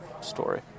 story